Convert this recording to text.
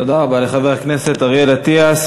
תודה רבה לחבר הכנסת אריאל אטיאס.